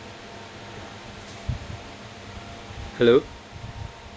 hello